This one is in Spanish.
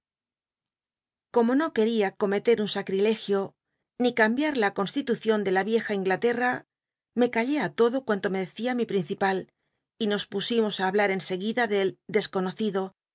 como no quería cometer un sactilegio ni cambiar la conslitucion de la vieja l nglatena me calló todo cuanto me decía mi principal y nos pusimos esconocido del teatro en gc i hablar en seguida del d